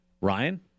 Ryan